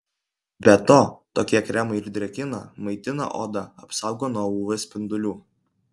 be to tokie kremai ir drėkina maitina odą apsaugo nuo uv spindulių